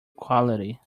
quality